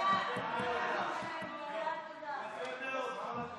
להעביר את הצעת חוק למניעת אלימות